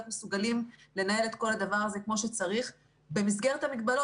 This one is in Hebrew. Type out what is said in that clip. מסוגלים לנהל את כל הדבר הזה כמו שצריך במסגרת המגבלות.